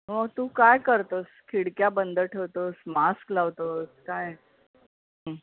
मग तू काय करतो आहेस खिडक्या बंद ठेवतो आहेस मास्क लावतो आहेस काय